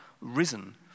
risen